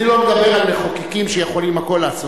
אני לא מדבר על מחוקקים שיכולים הכול לעשות,